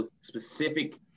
specific